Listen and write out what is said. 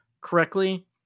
correctly